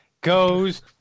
goes